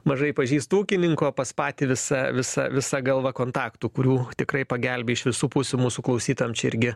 mažai pažįstu ūkininkų o pas patį visa visa visa galva kontaktų kurių tikrai pagelbi iš visų pusių mūsų klausytojam čia irgi